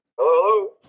Hello